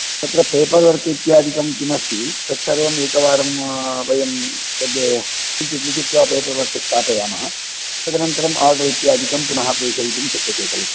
तत्र paper work इत्यादिकं किमस्ति तत्सर्वं एकवारं वयं तद् किञ्चित् किञ्चित् वा पेपर् वर्क् स्थापयामः तदनन्तरम् आर्डर् इत्यादिकं पुनः प्रेशयितुं शक्यते कलु